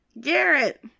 Garrett